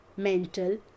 mental